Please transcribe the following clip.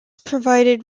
provided